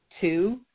Two